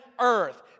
earth